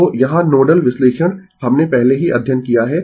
तो यहाँ नोडल विश्लेषण हमने पहले ही अध्ययन किया है